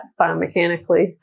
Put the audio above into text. biomechanically